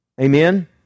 Amen